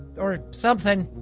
or something.